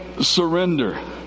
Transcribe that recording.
surrender